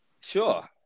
Sure